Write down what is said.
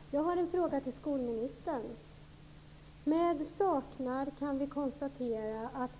Herr talman! Jag har en fråga till skolministern. Med saknad kan vi konstatera att